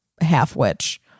half-witch